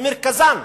במרכזן,